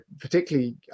particularly